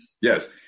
Yes